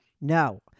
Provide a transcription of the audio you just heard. No